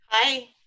Hi